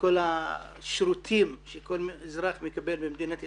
כל השירותים שכל אזרח מקבל במדינת ישראל,